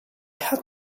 had